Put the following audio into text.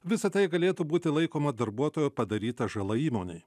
visa tai galėtų būti laikoma darbuotojo padaryta žala įmonei